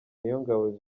niyongabo